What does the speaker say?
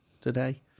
today